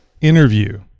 interview